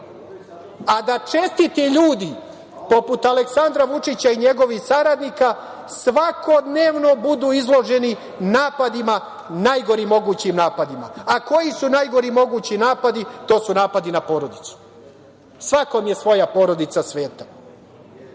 a da čestiti ljudi, poput Aleksandra Vučića i njegovih saradnika, svakodnevno budu izloženi napadima, najgorim mogućim napadima, a koji su najgori mogući napadi, to su napadi na porodicu. Svakom je svoj porodica sveta. Prema